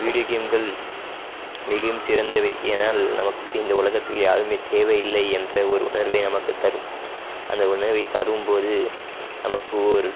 video கேம்கள் மிகவும் சிறந்தவை ஏன்னால் நமக்கு இந்த உலகத்தில் யாருமே தேவை இல்லை என்ற ஒரு உணர்வை நமக்கு தரும் அந்த உணர்வை தரும் போது நமக்கு ஓர்